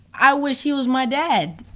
i wish he was my dad,